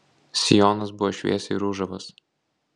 sijonas buvo šviesiai ružavas